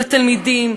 בתלמידים,